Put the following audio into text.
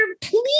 please